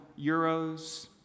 euros